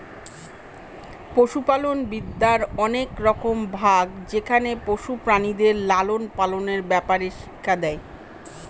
পশুপালনবিদ্যার অনেক রকম ভাগ যেখানে পশু প্রাণীদের লালন পালনের ব্যাপারে শিক্ষা দেয়